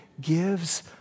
gives